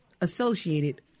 associated